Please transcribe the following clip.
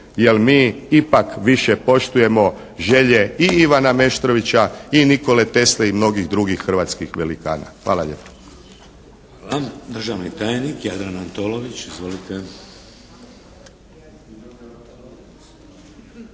jer mi ipak više poštujemo želje i Ivana Meštrovića i Nikole Tesle i mnogih drugih hrvatskih velikana. Hvala lijepo.